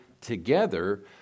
together